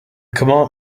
command